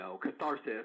catharsis